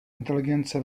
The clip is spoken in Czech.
inteligence